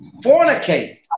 fornicate